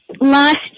last